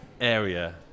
area